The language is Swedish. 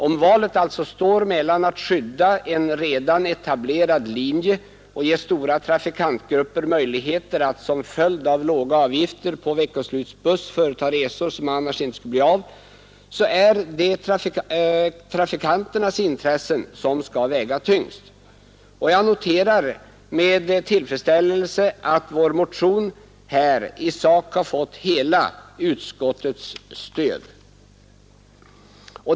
Om valet alltså står mellan att skydda en redan etablerad linje och att ge stora trafikantgrupper möjligheter att som följd av låga avgifter på veckoslutsbuss företa resor som annars inte skulle bli av, så är det trafikanternas intressen som skall väga tyngst. Jag noterar med tillfredsställelse att vår motion i sak har fått hela utskottets stöd.